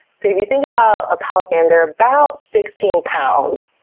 so if you think about a pelican, they're about sixteen pounds,